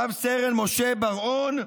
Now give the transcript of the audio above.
רב-סרן משה בר-און,